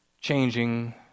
changing